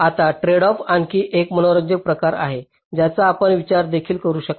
आता ट्रेडऑफ आणखी एक मनोरंजक प्रकार आहे ज्याचा आपण विचार देखील करू शकता